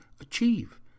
achieve